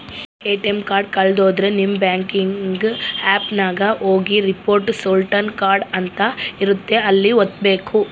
ATM card ಕಳುದ್ರೆ ನಿಮ್ banking app ನಾಗ ಹೋಗಿ ರಿಪೋರ್ಟ್ ಸ್ಟೋಲನ್ ಕಾರ್ಡ್ ಅಂತ ಇರುತ್ತ ಅಲ್ಲಿ ವತ್ತ್ಬೆಕು